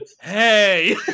Hey